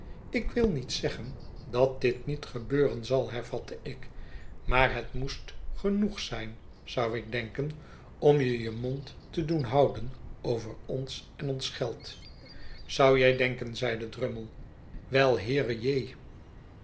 ik wil niet zeggen dat dit niet gebeuren zal hervatte ik maar jaet moest genoeg zijn zou ik denken om je je mond te doen houden over ons en ons geld zou jij denken zeide drummle wel heereje